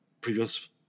previous